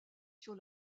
sur